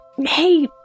Hey